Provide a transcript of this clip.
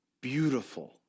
beautiful